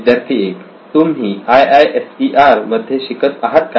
विद्यार्थी 1 तुम्ही IISER मध्ये शिकत आहात काय